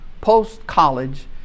post-college